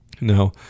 Now